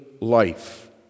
life